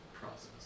process